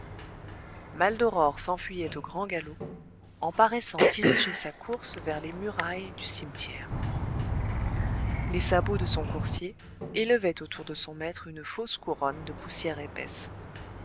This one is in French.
maldoror s'enfuyait au grand galop en paraissant diriger sa course vers les murailles du cimetière les sabots de son coursier élevaient autour de son maître une fausse couronne de poussière épaisse